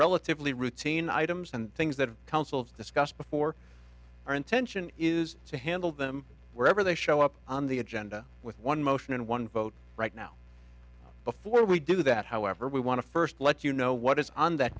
relatively routine items and things that councils discussed before our intention is to handle them wherever they show up on the agenda with one motion and one vote right now before we do that however we want to first let you know what is on that